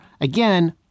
again